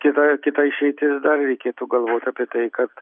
kita kita išeitis dar reikėtų galvoti apie tai kad